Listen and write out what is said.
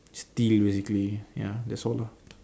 steal basically ya that's all lah